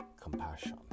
compassion